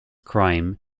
crime